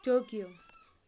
Tokyo